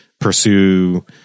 pursue